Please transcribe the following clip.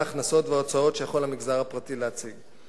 ההכנסות וההוצאות שיכול המגזר הפרטי להציג.